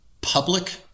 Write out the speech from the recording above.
public